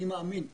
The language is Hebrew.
אני מאמין שאפשר.